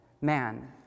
man